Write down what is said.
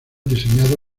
diseñado